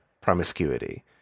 promiscuity